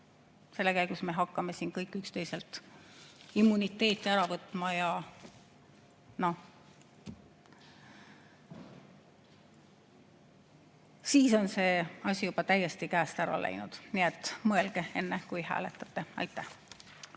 tõenäoliselt me hakkame siin kõik üksteiselt immuniteeti ära võtma. No siis on see asi juba täiesti käest ära läinud. Nii et mõelge, enne kui hääletate. Aitäh!